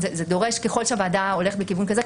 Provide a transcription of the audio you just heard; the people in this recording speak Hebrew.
ככל שהוועדה הולכת בכיוון כזה,